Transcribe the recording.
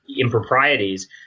improprieties